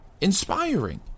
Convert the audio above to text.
inspiring